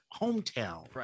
hometown